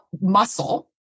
muscle